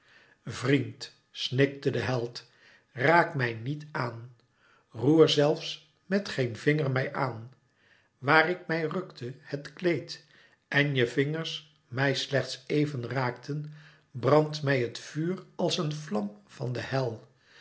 vriend snikte de held raak mij niet aan roer zelfs met geen vinger mij aan waar ik mij rukte het kleed en je vingers mij slechts even raakten brandt mij het vuur als een vlam van de hel